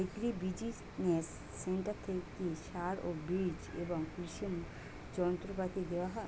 Agri business centre থেকে কি সার ও বিজ এবং কৃষি যন্ত্র পাতি দেওয়া হয়?